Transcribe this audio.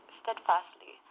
steadfastly